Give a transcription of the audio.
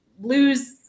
lose